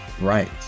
right